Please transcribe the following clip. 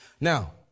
Now